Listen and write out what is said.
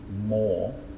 more